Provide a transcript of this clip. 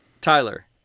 Tyler